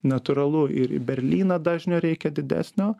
natūralu ir į berlyną dažnio reikia didesnio